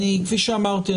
כפי שאמרתי,